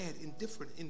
indifferent